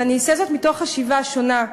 ואני אעשה זאת מתוך חשיבה שונה,